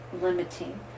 limiting